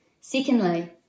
Secondly